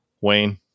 Wayne